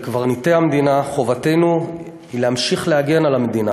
כקברניטי המדינה חובתנו להמשיך להגן על המדינה.